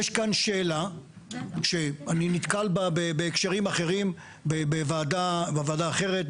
יש כאן שאלה שאני נתקל בה גם בהקשרים אחרים בוועדה אחרת,